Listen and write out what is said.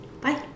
Bye